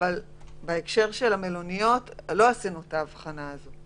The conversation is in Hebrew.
בהקשר של המלוניות לא עשינו את ההבחנה הזאת.